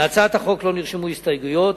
להצעת החוק לא נרשמו הסתייגויות,